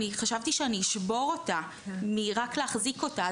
אני חשבתי שאני אשבור אותה רק מלהחזיק אותה,